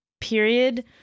period